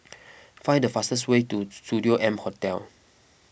find the fastest way to Studio M Hotel